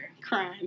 Crying